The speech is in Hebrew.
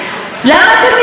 למה אתם מתפלאים?